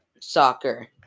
soccer